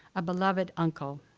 a beloved uncle,